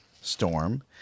storm